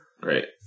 Great